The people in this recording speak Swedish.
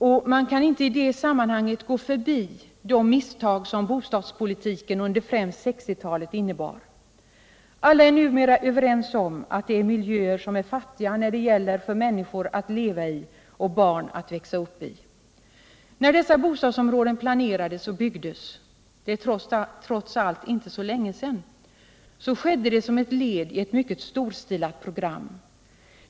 Och man kan inte i det sammanhanget gå förbi de misstag som gjordes i bostadspolitiken under 1950 och 1960-talen. Alla är numera överens om att det är miljöer som är fattiga för människor att leva i och för barn att växa upp i. När dessa bostadsområden planerades och byggdes — det är trots allt inte så länge sedan —- skedde det som ett led i ett mycket storstilat program.